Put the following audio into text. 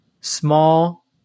small